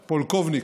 פולקובניק,